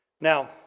Now